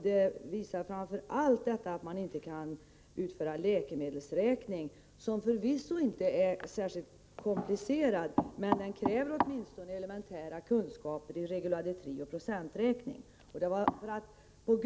Detta visar sig framför allt i att många inte kan utföra läkemedelsräkning, något som förvisso inte är särskilt komplicerat men som kräver åtminstone elementära kunskaper i reguladetri och procenträkning.